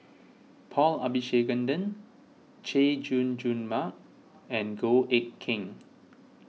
Paul Abisheganaden Chay Jung Jun Mark and Goh Eck Kheng